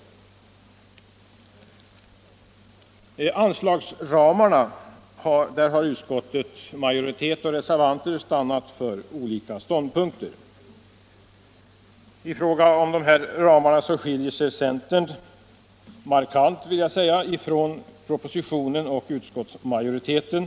Beträffande anslagsramarna har utskottsmajoriteten och reservanterna stannat för olika ståndpunkter. I fråga om de här ramarna skiljer sig centern markant från propositionen och utskottsmajoriteten.